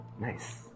Nice